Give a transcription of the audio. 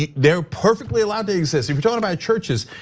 yeah they're perfectly allowed to exist. if you're talking about churches,